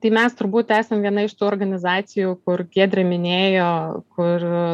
tai mes turbūt esam viena iš tų organizacijų kur giedrė minėjo ir